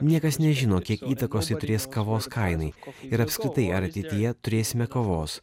niekas nežino kiek įtakos ji turės kavos kainai ir apskritai ar ateityje turėsime kavos